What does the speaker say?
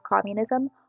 communism